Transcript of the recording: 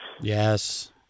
Yes